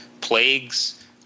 plagues